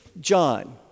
John